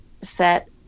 set